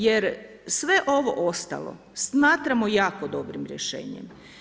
Jer sve ovo ostalo smatramo jako dobrim rješenjem.